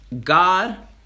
God